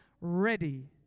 ready